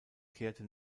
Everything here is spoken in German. kehrte